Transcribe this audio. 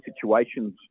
situations